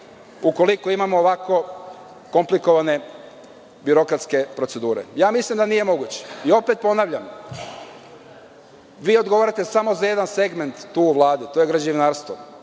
ukoliko imamo ovako komplikovane birokratske procedure. Mislim da nije moguće. Opet ponavljam, vi odgovarate samo za jedan segment tu u Vladi, a to je građevinarstvo.